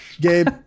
Gabe